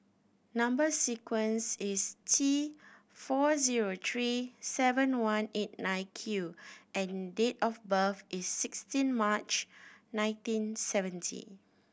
number sequence is T four zero three seven one eight nine Q and date of birth is sixteen March nineteen seventy